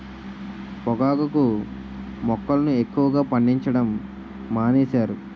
పొగాకు మొక్కలను ఎక్కువగా పండించడం మానేశారు